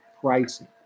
pricing